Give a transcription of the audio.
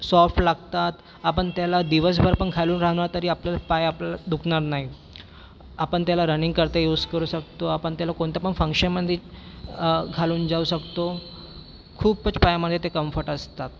soft लागतात आपण त्याला दिवसभर पण घालून राहणार तरी आपल्याला पाय आपल्याला दुखणार नाही आपण त्याला रनिंग करता यूज करू शकतो आपण त्याला कोणत्या पण फन्क्शनमध्ये घालून जाऊ शकतो खूपच पायामध्ये ते कम्फर्ट असतात